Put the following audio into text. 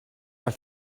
are